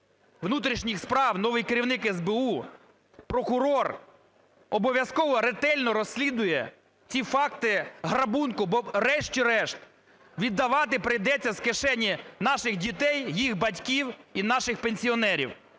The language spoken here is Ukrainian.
внутрішніх справ, новий керівник СБУ, прокурор обов’язково ретельно розслідує ці факти грабунку, бо врешті-решт віддавати прийдеться з кишені наших дітей, їх батьків і наших пенсіонерів.